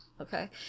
Okay